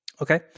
okay